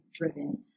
driven